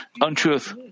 untruth